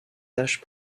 tâche